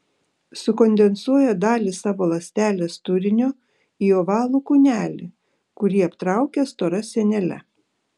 sukondensuoja dalį savo ląstelės turinio į ovalų kūnelį kurį aptraukia stora sienele